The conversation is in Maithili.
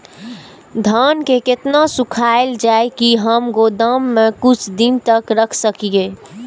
धान के केतना सुखायल जाय की हम गोदाम में कुछ दिन तक रख सकिए?